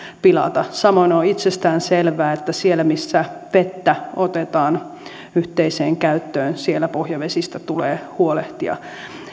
pilata samoin on itsestään selvää että siellä missä vettä otetaan yhteiseen käyttöön siellä pohjavesistä tulee huolehtia